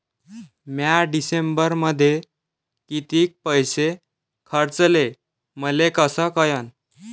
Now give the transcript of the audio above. म्या डिसेंबरमध्ये कितीक पैसे खर्चले मले कस कळन?